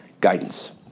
guidance